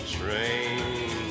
train